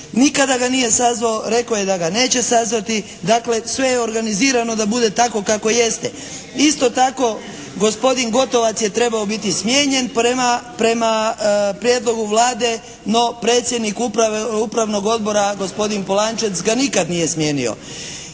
nikada ga nije sazvao, rekao je da ga neće sazvati. Dakle, sve je organizirano da bude tako kako jeste. Isto tako gospodin Gotovac je trebao biti smijenjen prema prijedlogu Vlade, no predsjednik Upravnog odbora gospodin Polančec ga nikad nije smijenio.